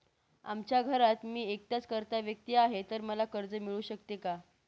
आमच्या घरात मी एकटाच कर्ता व्यक्ती आहे, तर मला कर्ज मिळू शकते का?